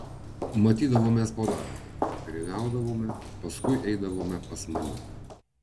matydavomės po darbo vakarieniaudavome paskui eidavome pas mane